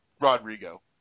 Rodrigo